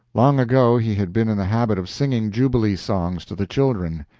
long ago he had been in the habit of singing jubilee songs to the children.